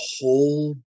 whole